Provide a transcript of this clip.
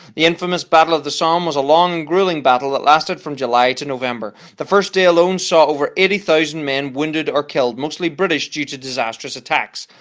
the infamous battle of the somme was a long and grueling battle that lasted from july to november. the first day alone saw over eighty thousand men wounded or killed mostly british, due to disastrous attacks.